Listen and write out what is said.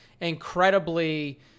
incredibly